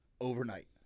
overnight